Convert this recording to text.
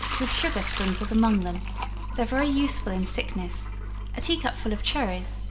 with sugar sprinkled among them they are very useful in sickness a tea-cupful of cherries,